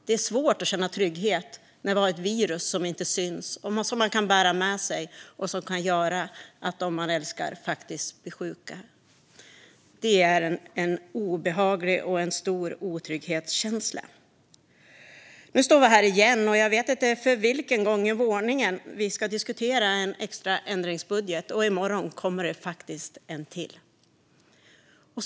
Det är svårt att känna trygghet när vi har ett virus som inte syns, som man kan bära med sig och som kan göra att de man älskar faktiskt blir sjuka. Det är en stor och obehaglig otrygghetskänsla. Nu står vi här igen, jag vet inte för vilken gång i ordningen, och ska diskutera en extra ändringsbudget. Och i morgon kommer det faktiskt en till.